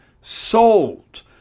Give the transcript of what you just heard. sold